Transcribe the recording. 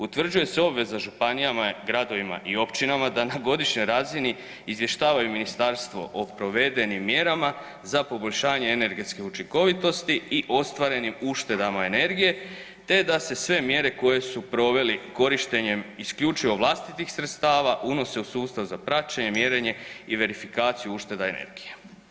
Utvrđuje se obveza županijama, gradovima i općinama da na godišnjoj razini izvještavaju ministarstvo o provedenim mjerama za poboljšanje energetske učinkovitosti i ostvarenim uštedama energije te da se sve mjere koje su proveli korištenjem isključivo vlastitih sredstava unose u sustav za praćenje, mjerenje i verifikaciju ušteda energije.